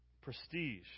prestige